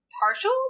partial